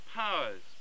powers